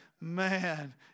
man